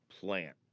Plant